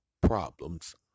problems